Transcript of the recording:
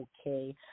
okay